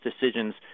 decisions